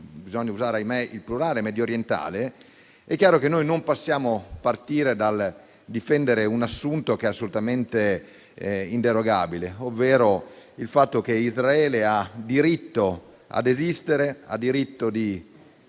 bisogna usare, ahimè, il plurale - mediorientali, è chiaro che non possiamo che partire dal difendere un assunto assolutamente inderogabile, ovvero il fatto che Israele ha diritto di esistere e ha diritto di